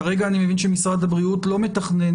כרגע אני מבין שמשרד הבריאות לא מתכנן